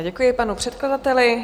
Děkuji panu předkladateli.